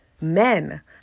Men